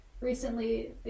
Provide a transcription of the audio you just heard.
recently